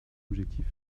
objectif